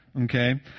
Okay